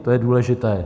To je důležité.